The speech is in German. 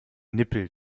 nippel